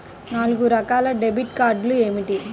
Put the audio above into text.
నాలుగు రకాల డెబిట్ కార్డులు ఏమిటి?